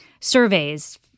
surveys